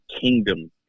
kingdom